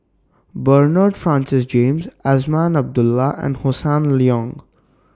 Bernard Francis James Azman Abdullah and Hossan Leong